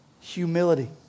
Humility